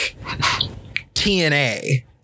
TNA